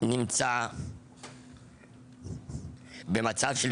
אני נמצא במצב של